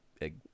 egg